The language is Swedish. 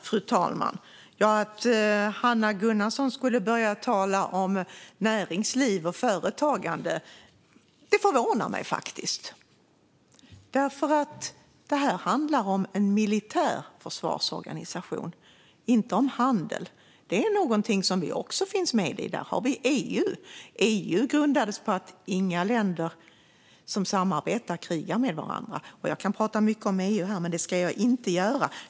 Fru talman! Att Hanna Gunnarsson skulle börja tala om näringsliv och företagande förvånar mig faktiskt. För det här handlar om en militär försvarsorganisation, inte om handel - det är någonting som vi också finns med i, och där har vi EU. EU grundades på att inga länder som samarbetar krigar med varandra. Jag kan prata mycket om EU här, men det ska jag inte göra.